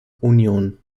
union